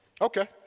Okay